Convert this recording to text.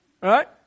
right